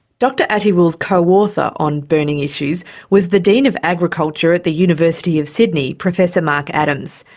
dr attiwill's co-author on burning issues was the dean of agriculture at the university of sydney, professor mark adams.